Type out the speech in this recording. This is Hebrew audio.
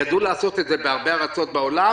ידעו לעשות את זה בהרבה מקומות בעולם